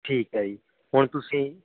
ਠੀਕ ਹੈ ਜੀ ਹੁਣ ਤੁਸੀਂ